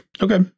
Okay